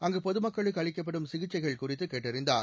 அங்கு பொதுமக்களுக்கு அளிக்கப்படும் சிகிச்சைகள் குறித்து கேட்டறிந்தார்